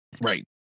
Right